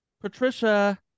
Patricia